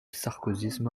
sarkozysme